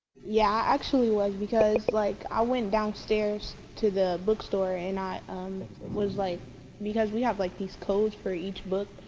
yeah, i actually was because like i want downstairs to the bookstore, and i um was, like because we have, like, these codes for each book.